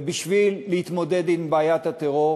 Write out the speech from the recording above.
ובשביל להתמודד עם בעיית הטרור